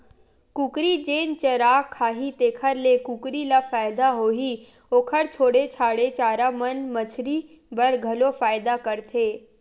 कुकरी जेन चारा खाही तेखर ले कुकरी ल फायदा होही, ओखर छोड़े छाड़े चारा मन मछरी बर घलो फायदा करथे